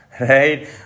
right